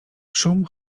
szum